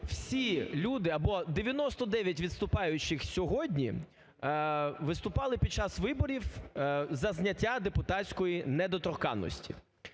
всі люди або 99 виступаючих сьогодні виступали під час виборів за зняття депутатської недоторканності.